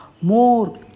more